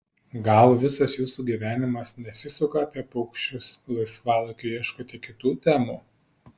gal visas jūsų gyvenimas nesisuka apie paukščius laisvalaikiu ieškote kitų temų